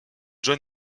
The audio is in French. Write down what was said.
john